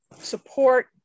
support